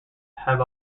have